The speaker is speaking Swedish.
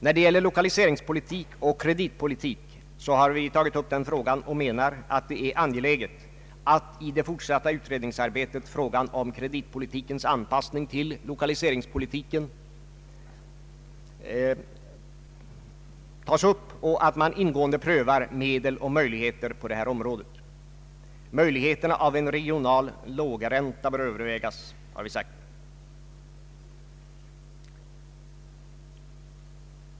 När det gäller lokaliseringspolitik och kreditpolitik anser vi att det är angeläget att i det fortsatta utredningsarbetet frågan om kreditpolitikens anpassning till lokaliseringspolitiken tas upp och att man ingående prövar medel och möjligheter på detta område. Möjligheterna av en regional lågränta bör övervägas, har vi sagt.